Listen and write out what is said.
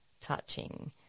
touching